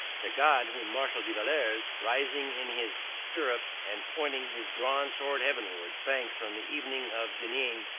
the god whom marshal de villars, rising in his stirrups and pointing his drawn sword heavenwards, thanks on the evening of denain,